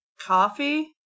Coffee